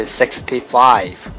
sixty-five